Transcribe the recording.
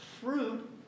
fruit